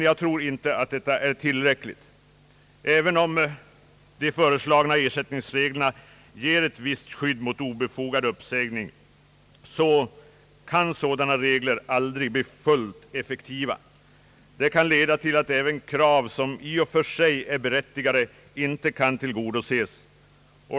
Jag anser dock inte detta vara tillräckligt. Även om de föreslagna ersättningsreglerna ger ett visst skydd mot obefogade uppsägningar kan sådana regler aldrig bli fullt effektiva. Resultatet kan bli att även krav, som i och för sig är berättigade, inte tillgodoses.